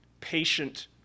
patient